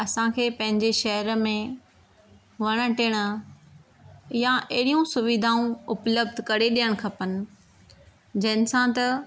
असांखे पंहिंजे शहर में वण टिण या अहिड़ियूं सविधाऊं उपलब्ध करे ॾियण खपनि जंहिंसा त